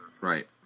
Right